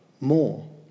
more